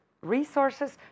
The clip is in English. resources